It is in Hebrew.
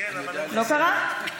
לא קרה?